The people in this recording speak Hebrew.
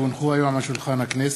כי הונחו היום על שולחן הכנסת,